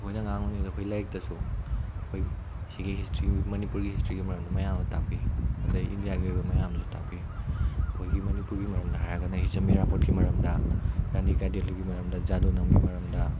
ꯑꯩꯈꯣꯏꯅ ꯑꯉꯥꯡ ꯑꯣꯏꯔꯤꯉꯩꯗ ꯑꯩꯈꯣꯏ ꯂꯥꯏꯔꯤꯛꯇꯁꯨ ꯑꯩꯈꯣꯏ ꯁꯤꯒꯤ ꯍꯤꯁꯇ꯭ꯔꯤ ꯃꯅꯤꯄꯨꯔꯒꯤ ꯍꯤꯁꯇ꯭ꯔꯤꯒꯤ ꯃꯔꯝꯗ ꯃꯌꯥꯝ ꯑꯃ ꯇꯥꯛꯄꯤ ꯑꯗꯒꯤ ꯏꯟꯗꯤꯌꯥꯒꯤ ꯑꯣꯏꯕ ꯃꯌꯥꯝ ꯑꯃꯁꯨ ꯇꯥꯛꯄꯤ ꯑꯩꯈꯣꯏꯒꯤ ꯃꯅꯤꯄꯨꯔꯒꯤ ꯃꯔꯝꯗ ꯍꯥꯏꯔꯒꯅ ꯍꯤꯖꯝ ꯏꯔꯥꯕꯣꯠꯀꯤ ꯃꯔꯝꯗ ꯔꯥꯅꯤ ꯒꯥꯏꯗꯦꯟꯂꯤꯌꯨꯒꯤ ꯃꯔꯝꯗ ꯖꯥꯗꯣꯅꯪꯒꯤ ꯃꯔꯝꯗ